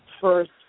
first